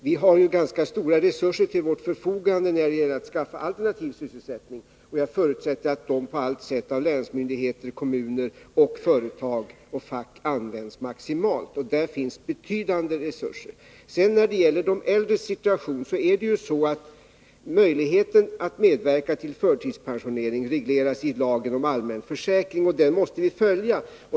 Vi har ju ganska stora resurser till vårt förfogande när det gäller att få fram alternativ sysselsättning, och jag förutsätter att länsmyndigheter, kommuner, företag och fack använder dessa resurser maximalt. De är som sagt betydande. När det gäller de äldres situation regleras möjligheten att medverka till förtidspensionering i lagen om allmän försäkring, och den måste vi följa.